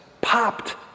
popped